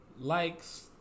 Likes